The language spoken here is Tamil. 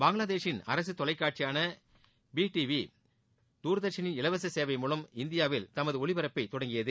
பங்களாதேஷின் அரசு தொலைக்காட்சியான பி டிவி துர்தர்ஷனின் இலவச சேவை மூலம் இந்தியாவில் தமது ஒளிபரப்பை தொடங்கியது